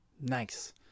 nice